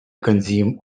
consume